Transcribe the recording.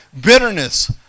Bitterness